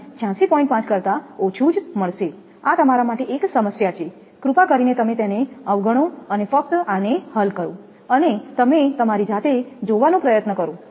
5 કરતા ઓછું જ મળશે આ તમારા માટે એક સમસ્યા છે કૃપા કરીને તમે તેને અવગણો અને ફક્ત આને હલ કરો અને તમારી જાતે જોવાનો પ્રયાસ કરો